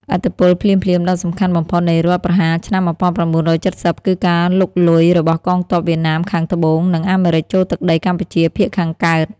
ឥទ្ធិពលភ្លាមៗដ៏សំខាន់បំផុតនៃរដ្ឋប្រហារឆ្នាំ ១៩៧០ គឺការលុកលុយរបស់កងទ័ពវៀតណាមខាងត្បូង និងអាមេរិកចូលទឹកដីកម្ពុជាភាគខាងកើត។